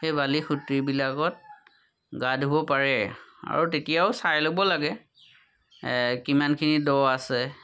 সেই বালিৰ সুঁতিবিলাকত গা ধুব পাৰে আৰু তেতিয়াও চাই ল'ব লাগে কিমানখিনি দ আছে